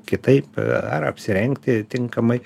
kitaip ar apsirengti tinkamai